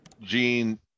Gene